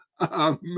Amen